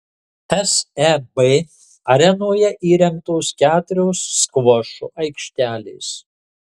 seb arenoje įrengtos keturios skvošo aikštelės